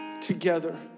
together